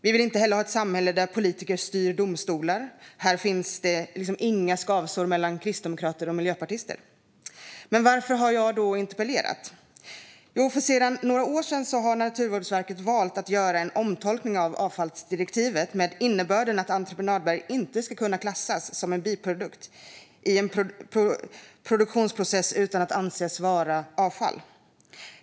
Vi vill heller inte ha ett samhälle där politiker styr domstolar. Här finns det inga skavsår mellan kristdemokrater och miljöpartister. Varför har jag då interpellerat? Sedan några år har Naturvårdsverket valt att göra en omtolkning av avfallsdirektivet med innebörden att entreprenadberg inte ska kunna klassas som en biprodukt i en produktionsprocess utan ska anses vara avfall.